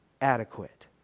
adequate